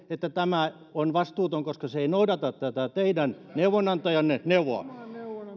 että tämä on vastuuton koska se ei noudata tätä teidän neuvonantajanne neuvoa